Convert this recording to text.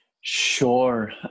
sure